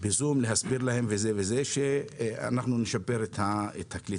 בזום כדי להסביר להם שתשפרו את הקליטה.